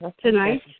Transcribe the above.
tonight